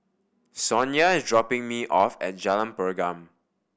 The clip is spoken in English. Sonya is dropping me off at Jalan Pergam